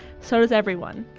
so does everyone.